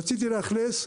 רציתי לאכלס,